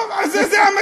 לא, זה המצב.